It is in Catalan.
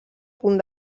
punt